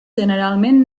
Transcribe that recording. generalment